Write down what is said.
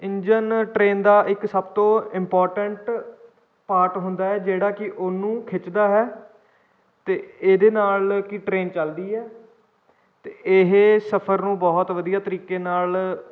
engine train ਦਾ ਇੱਕ ਸਭ ਤੋਂ ਇੰਪੋਰਟੈਂਟ ਪਾਰਟ ਹੁੰਦਾ ਹੈ ਜਿਹੜਾ ਕਿ ਉਹਨੂੰ ਖਿੱਚਦਾ ਹੈ ਅਤੇ ਇਹਦੇ ਨਾਲ ਕੀ ਟ੍ਰੇਨ ਚਲਦੀ ਹੈ ਅਤੇ ਇਹ ਸਫ਼ਰ ਨੂੰ ਬਹੁਤ ਵਧੀਆ ਤਰੀਕੇ ਨਾਲ